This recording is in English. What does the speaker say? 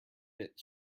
bit